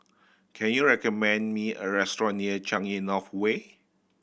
can you recommend me a restaurant near Changi North Way